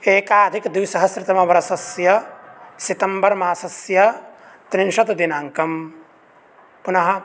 एकाधिकद्विसहस्रतमवर्षस्य सितम्बर् मासस्य त्रिंशत् दिनाङ्कः पुनः